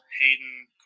Hayden